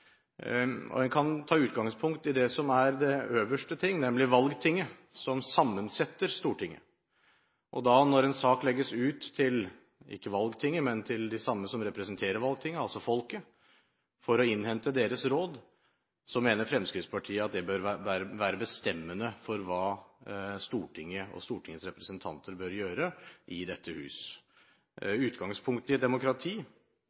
folkeavstemninger. En kan ta utgangspunkt i det som er det øverste ting, nemlig valgtinget, som setter sammen Stortinget. Når en sak legges ut, ikke til valgtinget, men til de samme som representerer valgtinget, altså folket, for å innhente deres råd, mener Fremskrittspartiet at det bør være bestemmende for hva Stortinget og stortingsrepresentantene bør gjøre i dette hus. Utgangspunktet i et demokrati